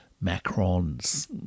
Macron's